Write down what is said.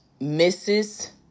Mrs